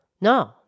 No